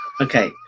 Okay